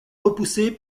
repoussé